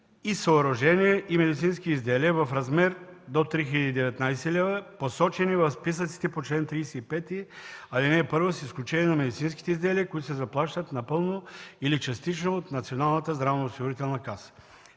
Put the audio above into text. съоръжения и медицински изделия в размер до 3019 лв., посочени в списъците по чл. 35, ал. 1, с изключение на медицинските изделия, които се заплащат напълно или частично от Националната здравноосигурителна каса.